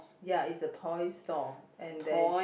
ya it's a toy store and there is